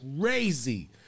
Crazy